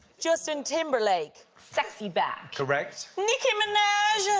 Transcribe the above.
justin timberlake. sexyback. correct. nicki minaj.